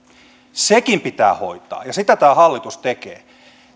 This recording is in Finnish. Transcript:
sekin pitää hoitaa ja sitä tämä hallitus tekee